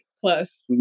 plus